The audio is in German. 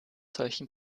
solchen